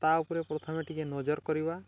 ତା' ଉପରେ ପ୍ରଥମେ ଟିକେ ନଜର କରିବା